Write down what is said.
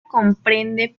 comprende